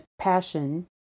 passion